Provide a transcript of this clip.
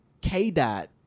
K-Dot